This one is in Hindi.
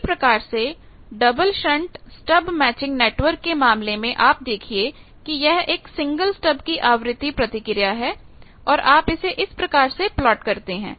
इसी प्रकार से double shunt stub matching network के मामले में आप देखिए कि यह एक सिंगल स्टब की आवृत्ति प्रतिक्रिया है और आप इसे इस प्रकार से प्लॉट करते हैं